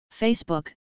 Facebook